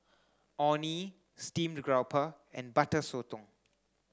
Orh Nee steamed grouper and butter sotong